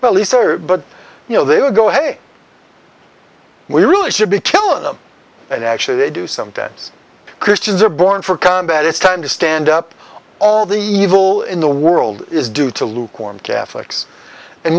said but you know they would go hey we really should be telling them and actually they do sometimes christians are born for combat it's time to stand up all the evil in the world is due to lukewarm catholics and